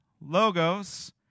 Logos